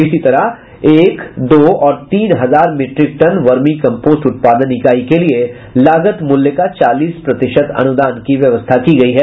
इसी तरह एक दो और तीन हजार मीट्रिक टन वर्मी कम्पोस्ट उत्पादन इकाई के लिये लागत मूल्य का चालीस प्रतिशत अनुदान की व्यवस्था की गयी है